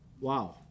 wow